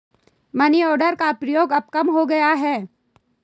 money order का प्रयोग अब कम हो गया है